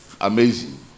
Amazing